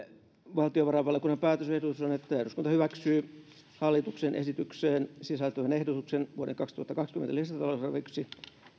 valtiovarainvaliokunnan päätösehdotus on että eduskunta hyväksyy hallituksen esitykseen sisältyvän ehdotuksen vuoden kaksituhattakaksikymmentä lisätalousarvioksi